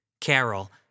Carol